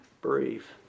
brief